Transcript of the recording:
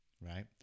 right